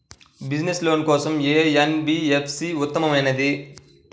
Business loan కోసం ఏ NBFC ఉత్తమమైనది?